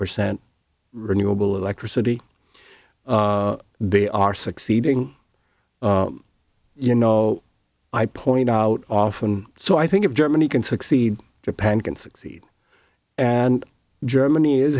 percent renewable electricity they are succeeding you know i point out often so i think if germany can succeed japan can succeed and germany is